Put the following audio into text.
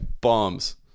bombs